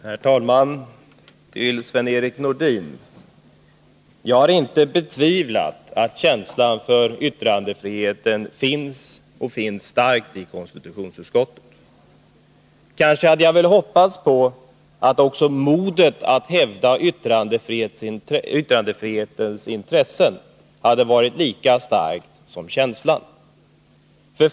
Herr talman! Till Sven-Erik Nordin: Jag har inte betvivlat att känslan för yttrandefriheten är stark i konstitutionsutskottet. Kanske hade jag hoppats på att modet att hävda yttrandefrihetens intressen hade varit lika starkt som känslan.